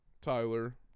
Tyler